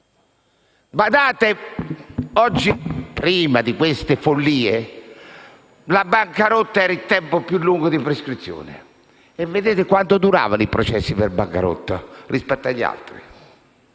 processo. Prima di queste follie, la bancarotta era il tempo più lungo di prescrizione. Andate a vedere quanto duravano i processi per bancarotta rispetto agli altri.